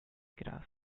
graça